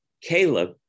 Caleb